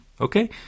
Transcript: Okay